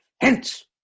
hence